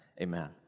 Amen